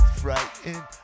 frightened